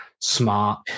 Smart